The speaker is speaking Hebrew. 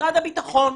משרד הביטחון,